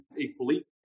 equally